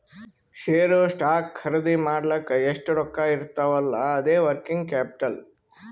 share, stock ಖರ್ದಿ ಮಾಡ್ಲಕ್ ಎಷ್ಟ ರೊಕ್ಕಾ ಇರ್ತಾವ್ ಅಲ್ಲಾ ಅದೇ ವರ್ಕಿಂಗ್ ಕ್ಯಾಪಿಟಲ್